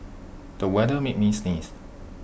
the weather made me sneeze